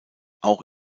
auch